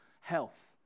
health